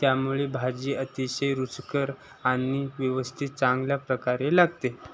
त्यामुळे भाजी अतिशय रुचकर आणि व्यवस्थित चांगल्या प्रकारे लागते